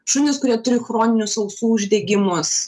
šunys kurie turi chroninius ausų uždegimus